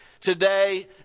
today